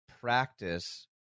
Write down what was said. practice